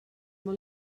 molt